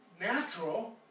natural